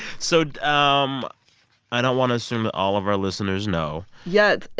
so um i don't want to assume that all of our listeners know yes.